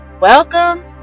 welcome